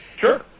Sure